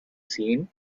seam